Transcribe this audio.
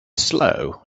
slow